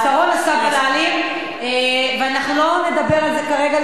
שרון עשה ול"לים, ואנחנו לא נדבר על זה כרגע.